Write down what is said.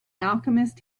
alchemist